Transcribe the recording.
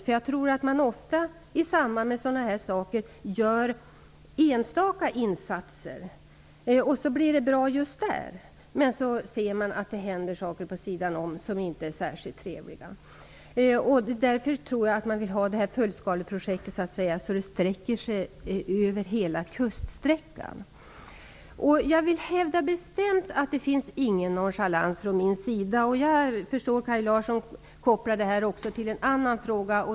Ofta gör man i sådana här fall enstaka insatser så att det blir bra på en bestämd plats, och sedan upptäcker man att det sker saker vid sidan om som inte är särskilt trevliga. Därför vill man ha det här fullskaleprojektet som sträcker sig över hela kuststräckan. Jag vill bestämt hävda att det inte är fråga om någon nonchalans från min sida. Jag förstår att Kaj Larsson också kopplar den här frågan till en annan fråga.